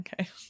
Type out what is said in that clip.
okay